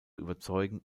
überzeugen